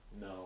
No